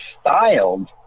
styled